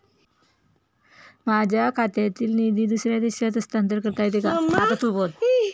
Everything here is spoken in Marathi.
माझ्या खात्यातील निधी दुसऱ्या देशात हस्तांतर करता येते का?